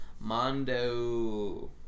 Mondo